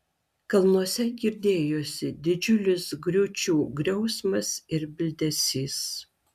kalnuose girdėjosi didžiulis griūčių griausmas ir bildesys